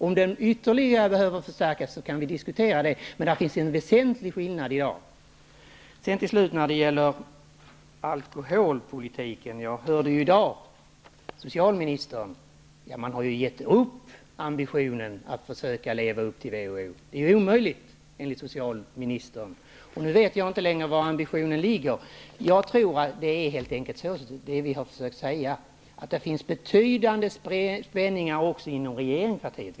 Om den behöver förstärkas ytterligare kan vi diskutera, men där finns redan i dag en väsentlig skillnad. Till slut några ord om alkoholpolitiken. Hur är det i dag? Ja, man har ju givit upp ambitionen att försöka leva upp till WHO:s mål. Det är omöjligt enligt socialministern. Nu vet jag inte längre var ambitionen ligger. Jag tror -- det är helt enkelt det vi har försökt säga -- att det finns betydliga spänningar också inom regeringen.